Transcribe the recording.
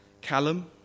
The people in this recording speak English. Callum